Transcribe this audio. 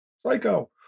Psycho